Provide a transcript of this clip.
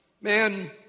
Man